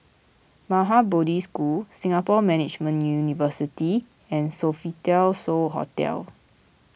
Maha Bodhi School Singapore Management University and Sofitel So Hotel